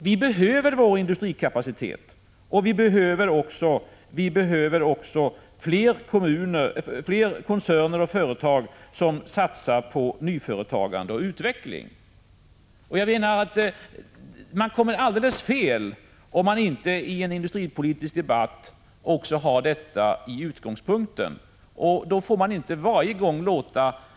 Vi behöver vår industrikapacitet och vi behöver också fler koncerner och fler företag som satsar på nyföretagande och utveckling. Jag menar att man kommer alldeles fel om man inte i en industripolitisk debatt också har med detta som utgångspunkt. Då får man inte varje gång låta sitt hat mot de = Prot.